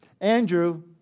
Andrew